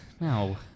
No